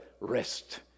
rest